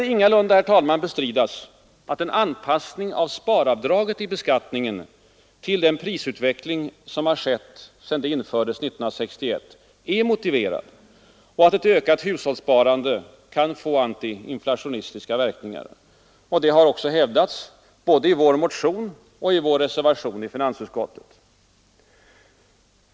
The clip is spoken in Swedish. Det skall ingalunda bestridas att en anpassning av sparavdraget i beskattningen till den prisutveckling som skett sedan det infördes 1961 är motiverad och att ett ökat hushållssparande kan få anti-inflationistiska verkningar. Detta har också hävdats såväl i vår motion som i vår reservation i finansutskottet.